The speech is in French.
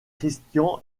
christian